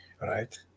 right